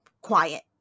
quiet